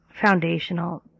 foundational